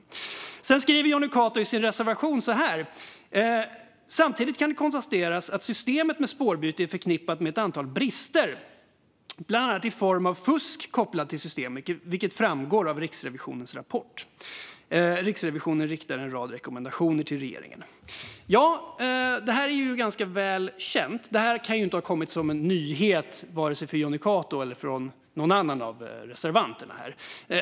Jonny Cato skriver i sin reservation att det samtidigt kan konstateras att systemet med spårbyte är förknippat med ett antal brister, bland annat i form av fusk kopplat till systemet, vilket framgår av Riksrevisionens rapport, och att Riksrevisionen riktar en rad rekommendationer till regeringen. Detta är ganska väl känt. Det kan ju inte ha kommit som någon nyhet vare sig för Jonny Cato eller för någon annan av reservanterna.